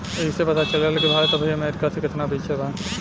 ऐइसे पता चलेला कि भारत अबही अमेरीका से केतना पिछे बा